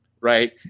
right